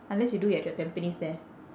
unless you do it at your tampines there